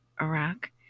Iraq